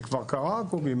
זה כבר קרה, קובי?